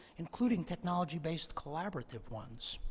including technology-based collaborative ones.